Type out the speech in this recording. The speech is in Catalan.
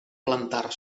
plantar